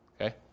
okay